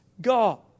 God